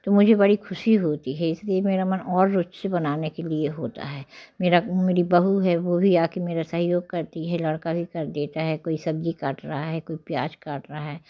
तो मुझे बड़ी खुशी होती है इसलिए मेरा मन और रुचि बनाने के लिए होता है मेरा मेरी बहू है वो भी आ के मेरा सहयोग करती है लड़का भी कर देता है कोई सब्जी काट रहा है कोई प्याज काट रहा है